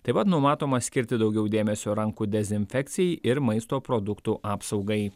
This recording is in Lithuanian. taip pat numatoma skirti daugiau dėmesio rankų dezinfekcijai ir maisto produktų apsaugai